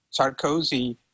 Sarkozy